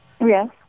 Yes